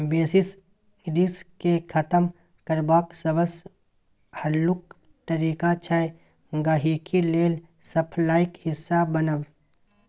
basis risk केँ खतम करबाक सबसँ हल्लुक तरीका छै गांहिकी लेल सप्लाईक हिस्सा बनब